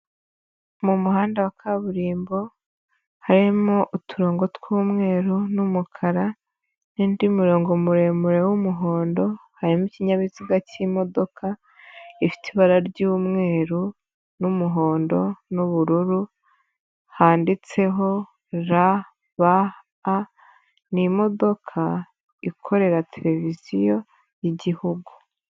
Mu muhanda wa kaburimbo harimo uturongo tw'umweru n'umukara n'undi murongo muremure w'umuhondo, harimo ikinyabiziga k'imodoka ifite ibara ry'umweru n'umuhondo n'ubururu handitseho RBA, ni imodoka ikorera televiziyo y'Igihugu.